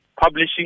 publishing